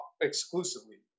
exclusively